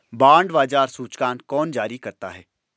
Bond बाजार सूचकांक कौन जारी करता है?